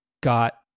got